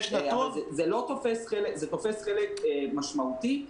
זה תופס חלק משמעותי.